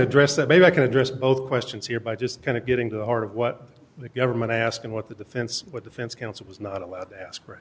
address that maybe i can address both questions here by just kind of getting to the heart of what the government asking what the defense what defense counsel was not allowed to ask